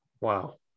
Wow